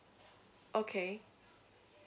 okay